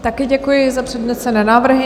Také děkuji za přednesené návrhy.